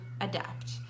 adapt